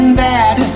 bad